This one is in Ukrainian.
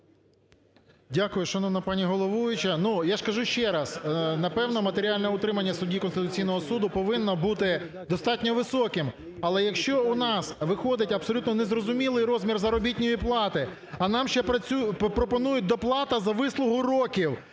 Дякую, шановна пані головуюча. Ну, я ж кажу ще раз, напевно, матеріальне утримання судді Конституційного Суду повинно бути достатньо високим. Але якщо у нас виходить абсолютно незрозумілий розмір заробітної плати, а нам ще пропонують доплату за вислугу років: